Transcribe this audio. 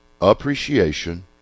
appreciation